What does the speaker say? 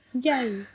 Yay